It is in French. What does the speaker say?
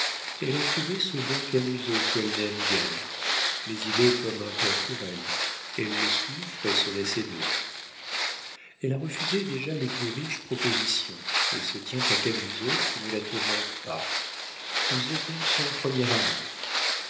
elle a trouvé ce bon camusot qu'elle n'aime guère mais il est comme un père pour elle elle le souffre et se laisse aimer elle a refusé déjà les plus riches propositions et se tient à camusot qui ne la tourmente pas vous êtes donc son premier amour